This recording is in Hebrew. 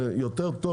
יותר טוב,